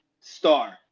Star